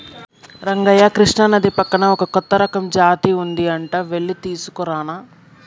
రంగయ్య కృష్ణానది పక్కన ఒక కొత్త రకం జాతి ఉంది అంట వెళ్లి తీసుకురానా